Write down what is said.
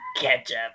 ketchup